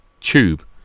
tube